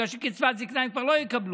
מפני שקצבת זקנה הן כבר לא יקבלו,